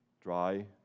dry